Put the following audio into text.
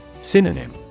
Synonym